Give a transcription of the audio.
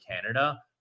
Canada